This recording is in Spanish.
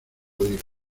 oír